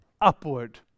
upward